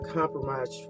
compromise